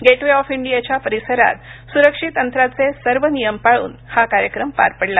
gate way of इंडियाच्या परिसरात सुरक्षित अंतराचे सर्व नियम पाळून हा कार्यक्रम पार पडला